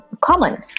common